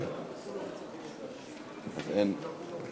המדינה,